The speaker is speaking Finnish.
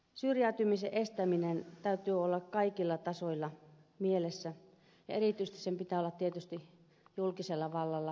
syrjäytymisen estämisen täytyy olla kaikilla tasoilla mielessä ja erityisesti tietysti julkisella vallalla valtiolla ja kunnilla